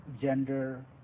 gender